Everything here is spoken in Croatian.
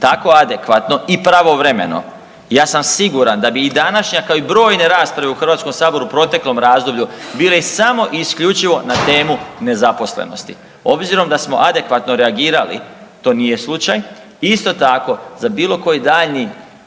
tako adekvatno i pravovremeno ja sam siguran da bi i današnja kao i brojne rasprave u Hrvatskom saboru u proteklom razdoblju bile samo i isključivo na temu nezaposlenosti. S obzirom da smo adekvatno reagirali to nije slučaj. Isto tako za bilo koji daljnji